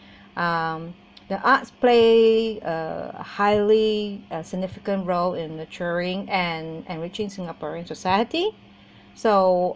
um the arts play uh highly significant role in nurturing and enriching singaporean society so